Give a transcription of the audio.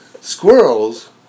squirrels